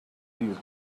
you